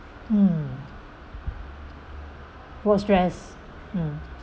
mm work stress mm